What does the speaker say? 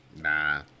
Nah